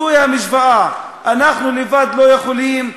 זוהי המשוואה: אנחנו לבד לא יכולים,